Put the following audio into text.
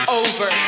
over